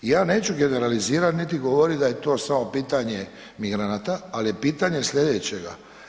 I ja neću generalizirati niti govoriti da je to samo pitanje migranata ali je pitanje sljedeća.